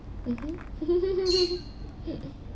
mmhmm